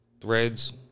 Threads